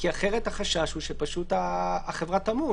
כנגד הכוח הזה שאנחנו נותנים לתאגיד לשמר את החוזים,